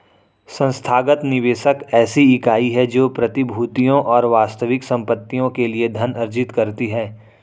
संस्थागत निवेशक ऐसी इकाई है जो प्रतिभूतियों और वास्तविक संपत्तियों के लिए धन अर्जित करती है